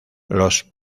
los